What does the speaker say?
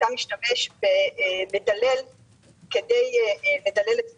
אתה משתמש במדלל כדי לדלל את הצבע,